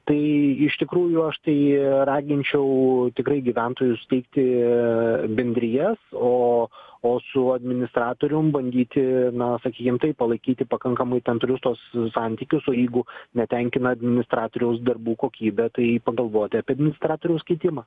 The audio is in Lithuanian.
tai iš tikrųjų aš tai raginčiau tikrai gyventojus steigti bendrijas o o su administratorium bandyti na sakykim taip palaikyti pakankamai tamprius tuos santykius o jeigu netenkina administratoriaus darbų kokybė tai pagalvoti apie administratoriaus keitimą